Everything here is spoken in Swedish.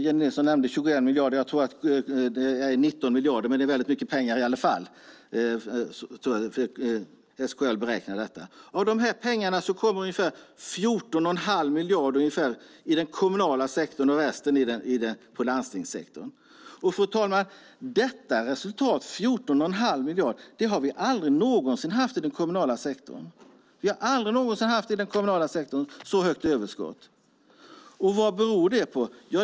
Jennie Nilsson sade 21 miljarder, jag tror att det är 19 miljarder - hur som helst är det mycket pengar enligt SKL:s beräkningar. Av de pengarna kommer ungefär 14 1⁄2 miljard i den kommunala sektorn och resten i landstingssektorn. Ett så stort överskott har vi aldrig någonsin haft i den kommunala sektorn. Vad beror det på?